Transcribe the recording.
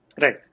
right